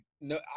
no